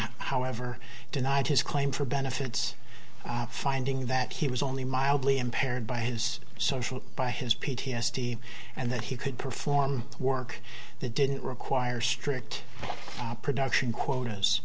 however denied his claim for benefits finding that he was only mildly impaired by his social by his p t s d and that he could perform work that didn't require strict production quotas